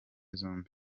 zombi